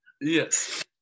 Yes